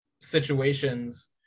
situations